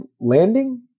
landing